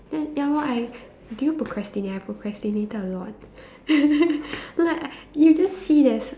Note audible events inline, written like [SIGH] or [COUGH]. then ya lor I did you procrastinate I procrastinated a lot [LAUGHS] no like I you just see it as